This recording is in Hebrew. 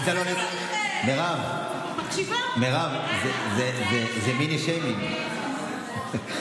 מירב, זה מיני-שיימינג.